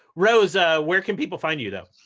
rose, ah where can people find you, though?